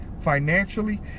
financially